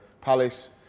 Palace